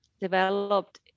developed